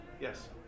Yes